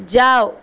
جاؤ